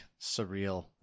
surreal